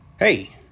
Hey